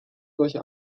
solcher